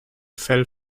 fell